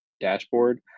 dashboard